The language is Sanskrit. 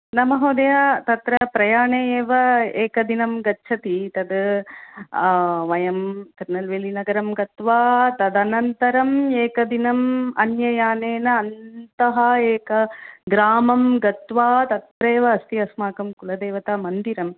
न महोदय तत्र प्रयाणे एव एकदिनं गच्छति तद् वयं तिरुनल्वेलि नगरं गत्वा तदनन्तरम् एकदिनम् अन्ययानेन अन्तः एकग्रामं गत्वा तत्रैव अस्ति अस्माकं कुलदेवता मन्दिरम्